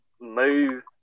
move